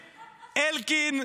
אלקין,